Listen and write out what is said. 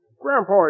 Grandpa